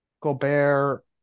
Gobert